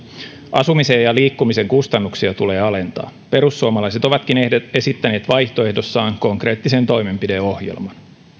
asumisen ja liikkumisen kustannuksia tulee alentaa perussuomalaiset ovatkin esittäneet vaihtoehdossaan konkreettisen toimenpideohjelman